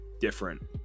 different